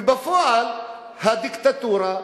ובפועל הדיקטטורה,